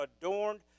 adorned